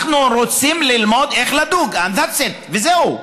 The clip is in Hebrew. אנחנו רוצים ללמוד איך לדוג, and that's it, וזהו.